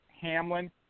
Hamlin